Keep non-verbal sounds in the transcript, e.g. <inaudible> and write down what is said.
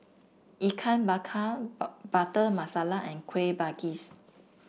Ikan Bakar <unintelligible> Butter Masala and Kuih Manggis